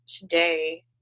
today